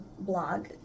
blog